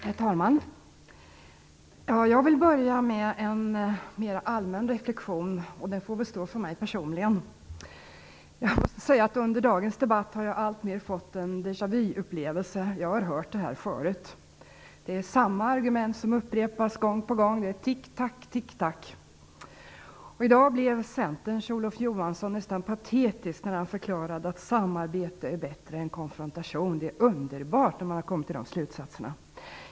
Herr talman! Jag vill börja med en allmän reflexion. Den får stå för mig personligen. Under dagens debatt har jag fått alltmer av en deja vu-upplevelse - jag har hört det här förut. Det är samma argument som upprepas gång på gång. Det är tick-tack, tick-tack. Och i dag blev Centerns Olof Johansson nästan patetisk när han förklarade att samarbete är bättre än konfrontation. Det är underbart att man har kommit fram till dessa slutsatser.